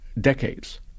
decades